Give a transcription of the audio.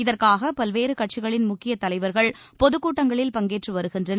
இதற்காக பல்வேறு கட்சிகளின் முக்கியத் தலைவர்கள் பொதுக்கூட்டங்களில் பங்கேற்று வருகின்றனர்